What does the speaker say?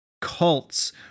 cults